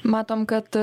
matom kad